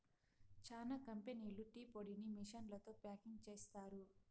చానా కంపెనీలు టీ పొడిని మిషన్లతో ప్యాకింగ్ చేస్తారు